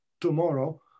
tomorrow